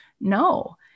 No